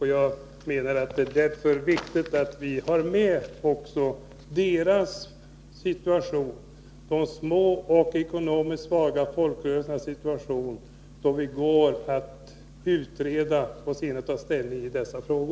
Det är därför viktigt att vi tar också de små och ekonomiskt svaga folkrörelsernas situation med när vi utreder frågor och i sinom tid tar ställning till desamma.